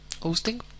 hosting